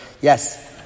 Yes